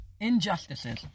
Injustices